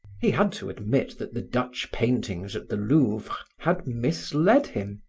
he had to admit that the dutch paintings at the louvre had misled him.